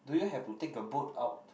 do you have to take a boat out